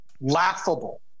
laughable